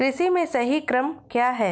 कृषि में सही क्रम क्या है?